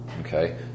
Okay